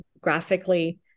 graphically